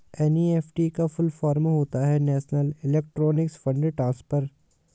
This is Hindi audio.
एन.ई.एफ.टी का फुल फॉर्म होता है नेशनल इलेक्ट्रॉनिक्स फण्ड ट्रांसफर